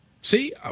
See